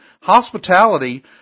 Hospitality